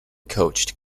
coached